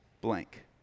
blank